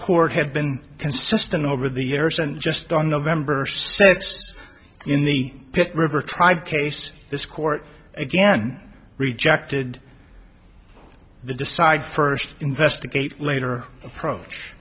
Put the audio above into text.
court have been consistent over the years and just on november sixth in the pit river tribe case this court again rejected the decide first investigate later approach